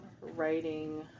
writing